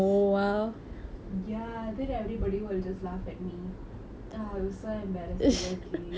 ah it was so embarrassing okay ya and I couldn't dance for so long I was really so sad